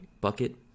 bucket